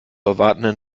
erwartenden